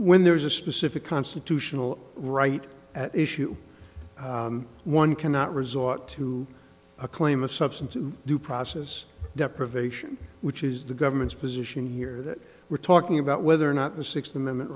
when there is a specific constitutional right at issue one cannot resort to a claim of substantive due process deprivation which is the government's position here that we're talking about whether or not the sixth amendment